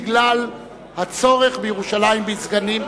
בגלל הצורך בירושלים בסגנים,